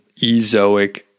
Ezoic